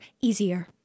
easier